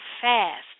fast